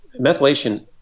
methylation